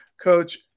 coach